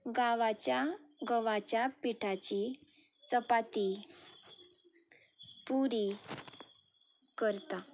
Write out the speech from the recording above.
गांवाच्या गंवाच्या पिठाची चपाती पुरी करता